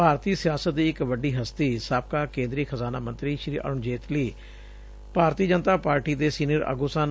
ਭਾਰਤੀ ਸਿਆਸਤ ਦੀ ਇੱਕ ਵੱਡੀ ਹਸਤੀ ਸਾਬਕਾ ਕੇਦਰੀ ਖਜਾਨਾ ਮੰਤਰੀ ਸ਼ੀ ਅਰੁਣ ਜੇਟਲੀ ਭਾਰਤੀ ਜਨਤਾ ਪਾਰਟੀ ਦੇ ਸੀਨੀਅਰ ਆਗੂ ਸਨ